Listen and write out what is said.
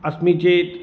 अस्मि चेत्